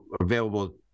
available